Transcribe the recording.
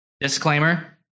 Disclaimer